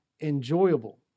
enjoyable